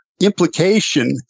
implication